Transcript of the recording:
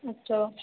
அச்சோ